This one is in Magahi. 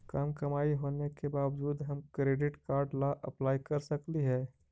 कम कमाई होने के बाबजूद हम क्रेडिट कार्ड ला अप्लाई कर सकली हे?